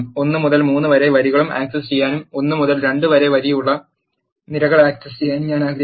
1 മുതൽ 3 വരെ വരികൾ ആക് സസ് ചെയ്യാനും 1 മുതൽ 2 വരെയുള്ള നിരകൾ ആക് സസ് ചെയ്യാനും ഞാൻ ആഗ്രഹിക്കുന്നു